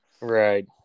Right